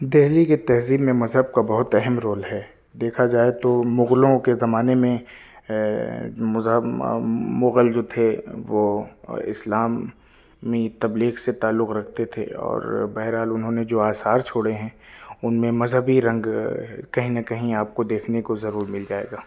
دہلی کے تہذیب میں مذہب کا بہت اہم رول ہے دیکھا جائے تو مغلوں کے زمانے میں مذہب مغل جو تھے وہ اسلامی تبلیغ سے تعلق رکھتے تھے اور بہرحال انہوں نے جو آثار چھوڑے ہیں ان میں مذہبی رنگ کہیں نہ کہیں آپ کو دیکھنے کو ضرور مل جائے گا